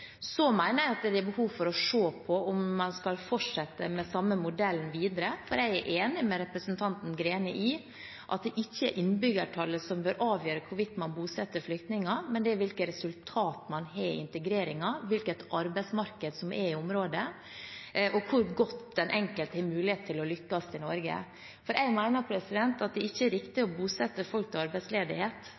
Så mener jeg at det er behov for å se på om man skal fortsette med samme modell videre, for jeg er enig med representanten Greni i at det ikke er innbyggertallet som bør avgjøre hvorvidt man bosetter flyktninger, men hvilket resultat man har i integreringen, hvilket arbeidsmarked som er i området, og hvor god den enkeltes mulighet er til å lykkes i Norge. Jeg mener at det ikke er riktig å bosette folk til arbeidsledighet